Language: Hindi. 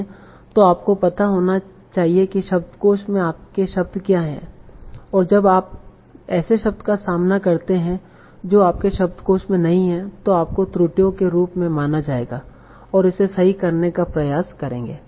तो आपको पता होना चाहिए कि शब्दकोश में आपके शब्द क्या हैं और जब आप ऐसे शब्द का सामना करते हैं जो आपके शब्दकोश में नहीं है तो आपको त्रुटियों के रूप में माना जाएगा और इसे सही करने का प्रयास करेंगे